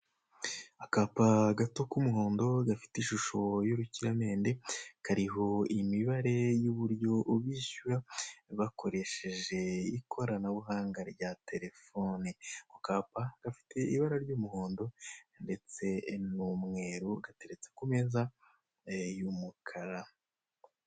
Akapa gato k'umuhondo gafite ishusho y'urukiramende kariho imibare y'uburyo bishyura bakoresheje ikoranbuhanga rya terefone, ako kapa gafite ibara ry'umuhondo ndetse n'umweru gateretse mumeza y'umukara.